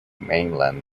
mainland